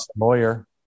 lawyer